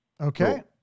okay